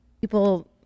People